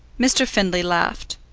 mr. findlay laughed.